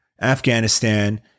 Afghanistan